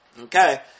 Okay